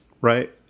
right